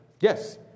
Yes